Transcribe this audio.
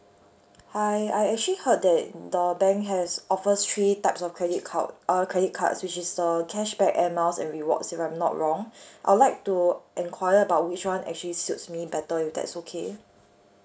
hi I actually heard that the bank has offers three types of credit card uh credit cards which is the cashback air miles and rewards if I'm not wrong I'd like to inquire about which one actually suits me better if that's okay